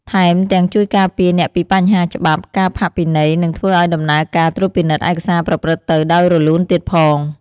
ថែមទាំងជួយការពារអ្នកពីបញ្ហាច្បាប់ ការផាកពិន័យ និងធ្វើឲ្យដំណើរការត្រួតពិនិត្យឯកសារប្រព្រឹត្តទៅដោយរលូនទៀតផង។